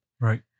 Right